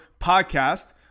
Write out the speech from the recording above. podcast